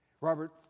Robert